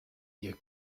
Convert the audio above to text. ihr